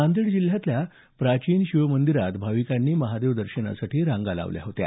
नांदेड जिल्ह्यातल्या प्राचिनकालीन शिव मंदिरात भाविकांनी महादेव दर्शनासाठी रांगा लावल्या होत्या